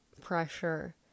pressure